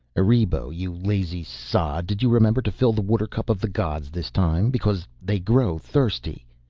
erebo you lazy sod, did you remember to fill the watercup of the gods this time, because they grow thirsty?